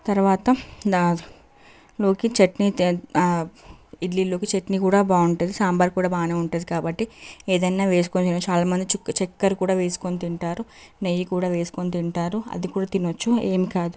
తర్వాత లా లోకి చట్నీ ఇడ్లీలోకి చట్నీ కూడా బాగుంటుంది సాంబార్ కూడా బాగానే ఉంటుంది కాబట్టి ఏదన్న వేసుకొని చాలా మంది చెక్ చెక్కర కూడా వేసుకొని తింటారు నెయ్యి కూడా వేసుకొని తింటారు అది కూడా తినొచ్చు ఏం కాదు